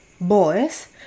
boys